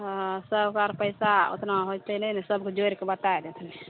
हँ सब बार पैसा ओतना होइ छै नहि ने सबके जोड़ि कऽ बताए देथिन